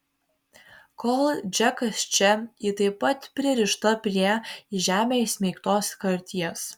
kol džekas čia ji taip pat pririšta prie į žemę įsmeigtos karties